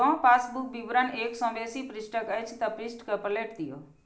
जौं पासबुक विवरण एक सं बेसी पृष्ठक अछि, ते पृष्ठ कें पलटि दियौ